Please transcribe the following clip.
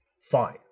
Fine